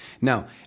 Now